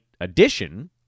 addition